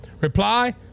reply